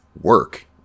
work